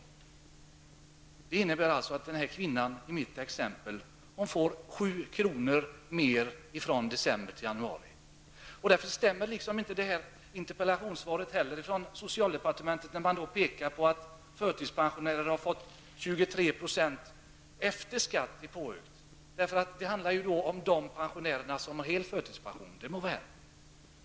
Detta innebär att den här kvinnan får 7 kr. Socialministerns interpellationssvar stämmer därför inte, när hon pekar på att förtidspensionärer har fått 23 % påökt efter skatt. Därmed avses de pensionärer som har hel förtidspension.